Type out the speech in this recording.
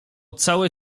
całe